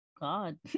God